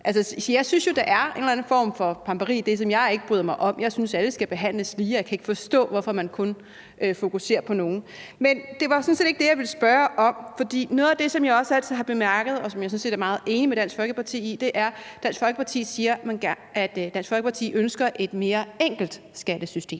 Så jeg synes jo, der er en eller anden form for pamperi i det, som jeg ikke bryder mig om. Jeg synes, alle skal behandles lige, og jeg kan ikke forstå, hvorfor man kun fokuserer på nogle. Men det var sådan set ikke det, jeg ville spørge om. For noget af det, som jeg også altid har bemærket, og som jeg sådan set er meget enig med Dansk Folkeparti i, er, at Dansk Folkeparti siger, at man ønsker et mere enkelt skattesystem,